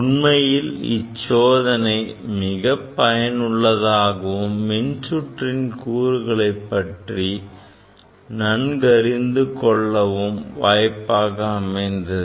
உண்மையில் இச்சோதனை மிகப் பயனுள்ளதாகவும் மின் சுற்றின் கூறுகளைப் பற்றி நன்கு அறிந்து கொள்ளவும் வாய்ப்பாக அமைந்தது